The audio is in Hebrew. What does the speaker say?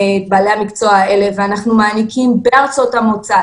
בעלי המקצוע האלה ואנחנו מעניקים - בארצות המוצא,